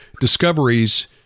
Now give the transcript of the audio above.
discoveries